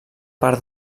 part